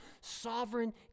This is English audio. sovereign